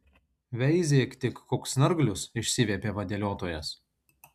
veizėk tik koks snarglius išsiviepė vadeliotojas